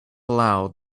aloud